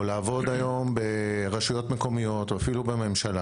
לעבוד היום ברשויות מקומיות או אפילו בממשלה,